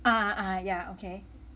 ah ah ah ya okay